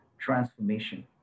transformation